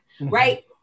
right